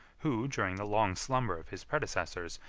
who, during the long slumber of his predecessors,